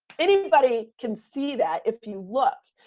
anybody can see that. if you look,